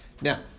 Now